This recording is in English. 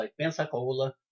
Pensacola